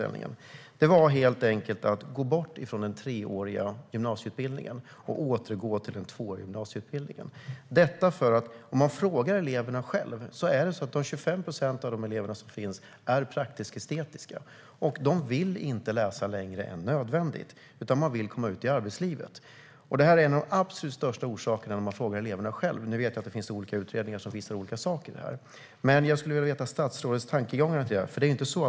Detta förslag innebär helt enkelt att man ska återgå till den två åriga gymnasieutbildningen från den treåriga gymnasieutbildningen. Om man frågar dessa elever - 25 procent av dem är praktisk/estetiska - säger de att de inte vill läsa längre än nödvändigt. De vill komma ut i arbetslivet. Detta är en av de främsta orsakerna enligt eleverna själva. Ni vet ju att det finns olika utredningar som visar olika saker i fråga om detta. Jag skulle vilja veta vilka tankegångar som statsrådet har om detta.